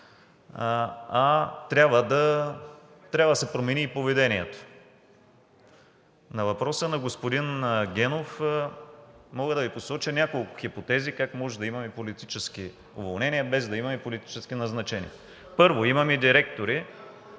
а трябва да се промени и поведението. На въпроса на господин Генов. Мога да Ви посоча няколко хипотези как може да имаме политически уволнения, без да имаме политически назначения. Първо, имаме много директори